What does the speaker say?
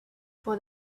for